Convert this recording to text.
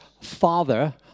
father